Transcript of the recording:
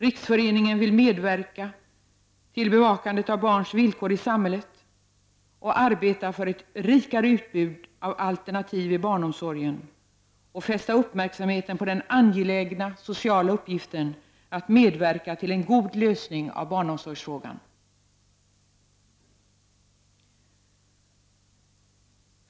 Riksföreningen vill medverka till bevakandet av barns villkor i samhället, arbeta för ett rikare utbud av alternativ i barnomsorgen och fästa uppmärksamheten på den angelägna sociala uppgiften att medverka till en god lösning av barnomsorgsfrågan.